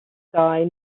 sky